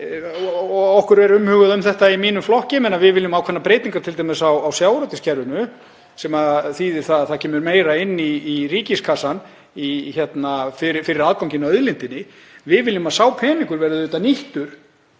Okkur er umhugað um þetta í mínum flokki, við viljum ákveðnar breytingar t.d. á sjávarútvegskerfinu sem þýðir að það kemur meira inn í ríkiskassann fyrir aðganginn að auðlindinni. Við viljum að sá peningur verði nýttur